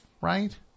Right